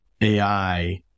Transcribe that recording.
AI